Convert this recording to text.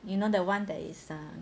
you know the one that is err